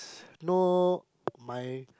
know my